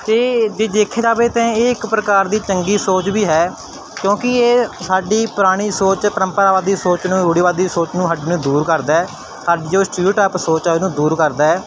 ਅਤੇ ਜੇ ਦੇਖਿਆ ਜਾਵੇ ਤਾਂ ਇਹ ਇੱਕ ਪ੍ਰਕਾਰ ਦੀ ਚੰਗੀ ਸੋਚ ਵੀ ਹੈ ਕਿਉਂਕਿ ਇਹ ਸਾਡੀ ਪੁਰਾਣੀ ਸੋਚ ਪਰੰਪਰਾਵਾਂ ਦੀ ਸੋਚ ਨੂੰ ਰੂੜੀਵਾਦੀ ਸੋਚ ਨੂੰ ਸਾਡੀ ਨੂੰ ਦੂਰ ਕਰਦਾ ਜੋ ਸਟਿਊਟ ਐਪ ਸੋਚ ਸਕਦੇ ਉਹਨੂੰ ਦੂਰ ਕਰਦਾ ਹੈ